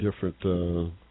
different